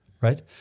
right